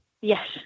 Yes